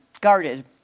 guarded